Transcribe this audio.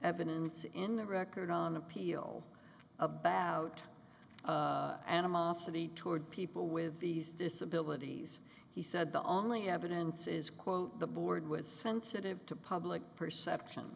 evidence in the record on appeal about animosity toward people with these disabilities he said the only evidence is quote the board was sensitive to public perception